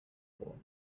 wall